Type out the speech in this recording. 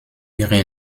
ihre